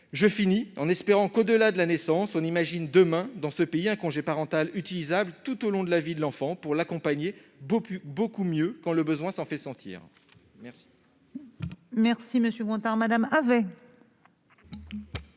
à suivre. J'espère que, au-delà de la naissance, on imaginera demain dans notre pays un congé parental utilisable tout au long de la vie de l'enfant, pour l'accompagner beaucoup mieux quand le besoin s'en fait sentir !